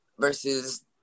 versus